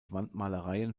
wandmalereien